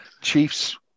Chiefs